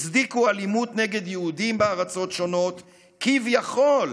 הצדיקו אלימות נגד יהודים בארצות שונות כביכול